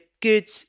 good